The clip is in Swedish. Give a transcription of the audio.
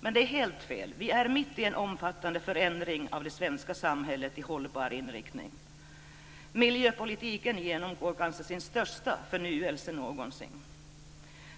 Men det är helt fel. Vi är mitt i en omfattande förändring av det svenska samhället i hållbar inriktning. Miljöpolitiken genomgår kanske sin största förnyelse någonsin.